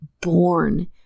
born